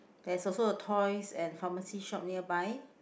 there's also a toys and pharmacy shop nearby